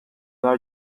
are